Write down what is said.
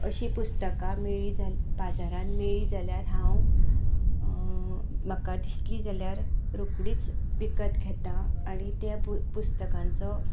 अशीं पुस्तकां मेळ्ळी जाल्यार बाजारान मेळ्ळी जाल्यार हांव म्हाका दिसलीं जाल्यार रोकडींच विकत घेतां आनी त्या पुस पुस्तकांचो